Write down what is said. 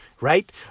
right